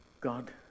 God